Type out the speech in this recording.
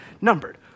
numbered